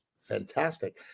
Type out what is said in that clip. fantastic